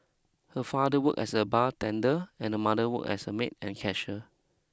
her father worked as a bartender and her mother worked as a maid and cashier